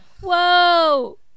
Whoa